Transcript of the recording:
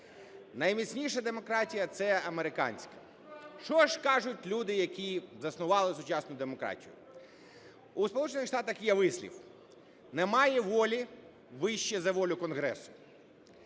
найміцніша демократія – це американська. Що ж скажуть люди, які заснували сучасну демократію? У Сполучених Штатах є вислів: немає волі вище за волю Конгресу.